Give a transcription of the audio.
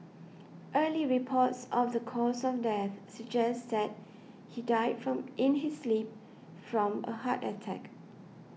early reports of the cause of death suggests that he died from in his sleep from a heart attack